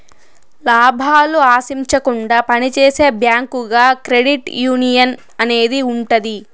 లాభాలు ఆశించకుండా పని చేసే బ్యాంకుగా క్రెడిట్ యునియన్ అనేది ఉంటది